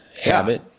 Habit